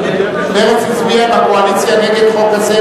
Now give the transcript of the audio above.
לא, מרצ, מרצ הצביעה בקואליציה נגד חוק כזה